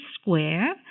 square